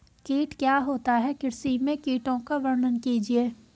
कीट क्या होता है कृषि में कीटों का वर्णन कीजिए?